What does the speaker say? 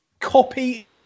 copy